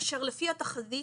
אשר לפי התחזית